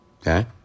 Okay